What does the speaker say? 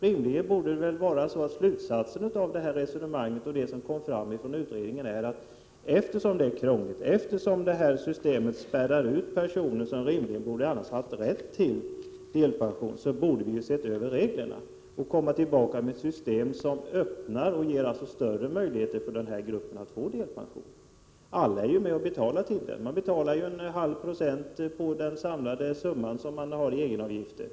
Rimligen borde slutsatsen av det resonemanget och resultatet av utredningen vara att eftersom det är krångligt, eftersom systemet spärrar ut personer som rimligen borde vara berättigade till delpension, bör vi se över reglerna och komma tillbaka med ett förslag som ger större möjligheter för den här gruppen att få delpension. Alla är med och betalar till delpensionssystemet. Man betalar en halv procent på den samlade summan för egenavgifter. Då är det rimligt att Prot.